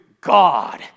God